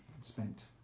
spent